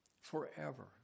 forever